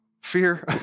fear